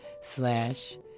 slash